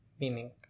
meaning